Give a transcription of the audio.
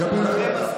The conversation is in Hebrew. מקבל את הצעתך.